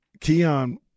Keon